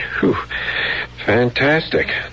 Fantastic